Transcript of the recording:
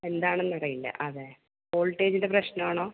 എന്താണെന്ന് അറിയില്ല അതെ വോൾട്ടേജിൻ്റ പ്രശ്നം ആണോ